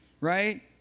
right